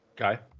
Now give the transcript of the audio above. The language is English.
Okay